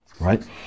right